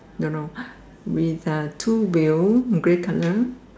don't know with a two wheel grey colour